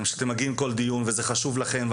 שאתם מגיעים לכל דיון וזה חשוב לכם,